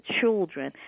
children